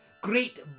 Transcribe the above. great